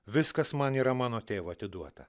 viskas man yra mano tėvo atiduota